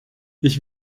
ich